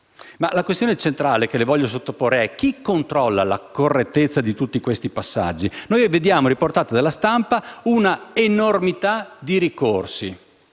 la questione centrale che le voglio sottoporre è la seguente: chi controlla la correttezza di tutti questi passaggi? Vediamo riportata dalla stampa una enormità di ricorsi.